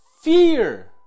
fear